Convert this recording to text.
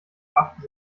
achten